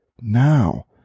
Now